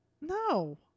No